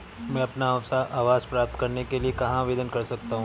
मैं अपना आवास प्राप्त करने के लिए कहाँ आवेदन कर सकता हूँ?